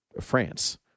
France